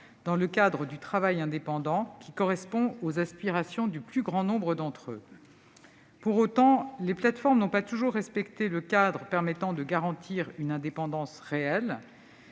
à l'emploi, le travail indépendant répondant aux aspirations du plus grand nombre d'entre eux. Pour autant, les plateformes n'ont pas toujours respecté le cadre permettant de garantir une indépendance réelle.